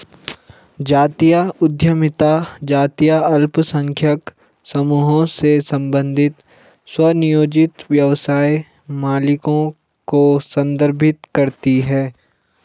जातीय उद्यमिता जातीय अल्पसंख्यक समूहों से संबंधित स्वनियोजित व्यवसाय मालिकों को संदर्भित करती है